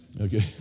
Okay